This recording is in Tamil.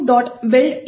gnu